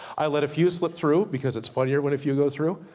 i let a few slip through because it's funnier, when if you go through.